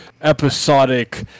episodic